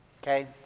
Okay